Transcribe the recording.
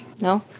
No